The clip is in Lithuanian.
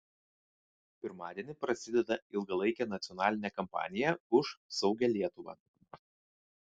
pirmadienį prasideda ilgalaikė nacionalinė kampanija už saugią lietuvą